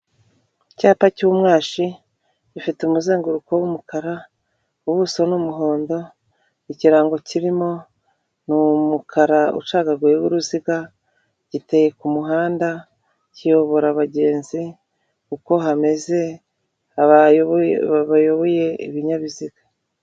Icyapa cy'umwashi gifite umuzenguruko w'umukara, ubuso ni umuhondo, ikirango kirimo ni umukara ucagaguye uruziga, giteye ku muhanda kiyobora abagenzi uko hameze bayoboye ibinyabiziga.